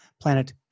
planet